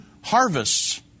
harvests